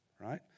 right